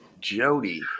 Jody